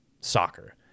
soccer